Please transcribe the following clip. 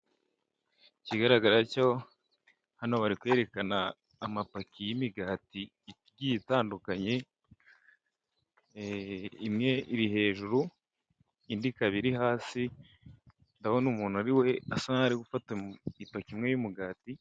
Ku bantu bose baturiye umunara bazi akamaro kawo, ariko bitavuzeko abari munsi yawo batajya babona imirongo cyangwa itumanaho kubera guhamagara bicikagurika, ahubwo ugahereza abantu bo hakurya. Rero ugomba kuwubungabunga niba uwubonye hafi nkuko hano ubona hateye ibigori ndetse n'ibiti.